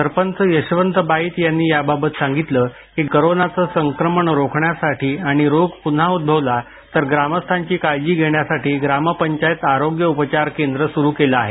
सरपंच यशवंत बाईत यांनी याबाबत सांगितलं की कोरोनाचं संक्रमण रोखण्यासाठी आणि रोग पुन्हा उद्भवला तर ग्रामस्थांची काळजी घेण्यासाठी ग्रामपंचायत आरोग्य उपचार केंद्र सुरू केलं आहे